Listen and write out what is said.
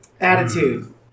attitude